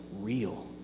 real